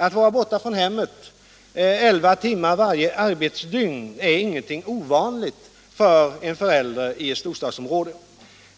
Att vara borta från hemmet elva timmar varje arbetsdygn är ingenting ovanligt för en förälder i ett storstadsområde.